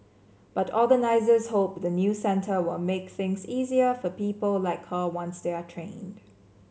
but organisers hope the new centre will make things easier for people like her once they are trained